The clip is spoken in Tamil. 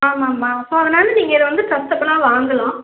ஆமாம்மா ஸோ அதனால் நீங்கள் இதை வந்து ட்ரஸ்ட்டபுளாக வாங்கலாம்